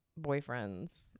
boyfriends